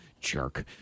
Jerk